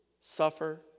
suffer